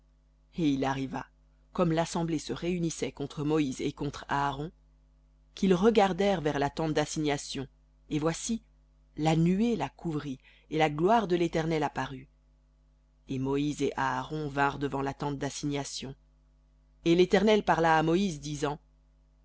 et il arriva comme l'assemblée se réunissait contre moïse et contre aaron qu'ils regardèrent vers la tente d'assignation et voici la nuée la couvrit et la gloire de l'éternel apparut et moïse et aaron vinrent devant la tente dassignation et l'éternel parla à moïse disant